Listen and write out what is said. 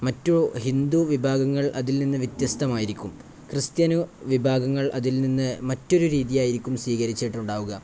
മറ്റു ഹിന്ദു വിഭാഗങ്ങൾ അതിൽ നിന്നു വ്യത്യസ്തമായിരിക്കും ക്രിസ്ത്യന് വിഭാഗങ്ങൾ അതിൽ നിന്നു മറ്റൊരു രീതിയായിരിക്കും സ്വീകരിച്ചിട്ടുണ്ടാവുക